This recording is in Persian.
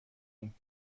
ایم